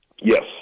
Yes